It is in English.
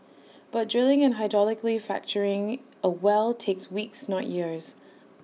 but drilling and hydraulically fracturing A well takes weeks not years